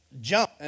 jump